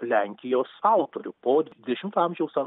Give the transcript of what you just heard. lenkijos autorių po dvitešimto amžiaus an